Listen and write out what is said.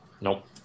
Nope